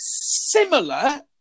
similar